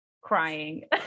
crying